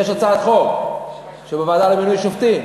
יש הצעת חוק שבוועדה למינוי שופטים?